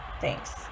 thanks